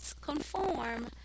conform